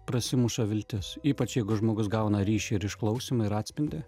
prasimuša viltis ypač jeigu žmogus gauna ryšį ir išklausymą ir atspindį